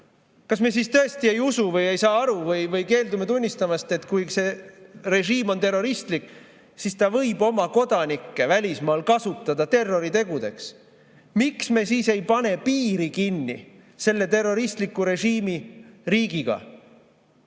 Kas me siis tõesti ei usu või ei saa aru või keeldume tunnistamast, et kui see režiim on terroristlik, siis ta võib oma kodanikke välismaal kasutada terroritegudeks? Miks me siis ei pane piiri kinni selle terroristliku režiimi riigiga?